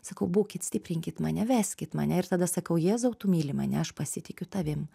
sakau būkit stiprinkit mane veskit mane ir tada sakau jėzau tu myli mane aš pasitikiu tavim